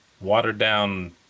watered-down